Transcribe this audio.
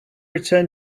return